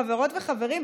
חברות וחברים,